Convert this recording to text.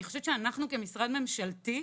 אני חושבת שאנחנו כמשרד ממשלתי,